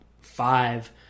five